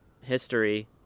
history